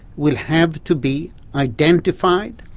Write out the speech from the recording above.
will have to be identified,